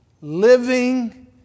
living